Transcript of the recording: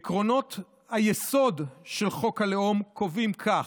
עקרונות היסוד של חוק הלאום קובעים כך,